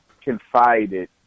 confided